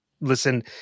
listen